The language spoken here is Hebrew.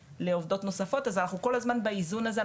לעובדות נוספות אז אנחנו כל הזמן באיזון הזה,